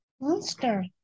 Monster